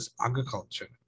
agriculture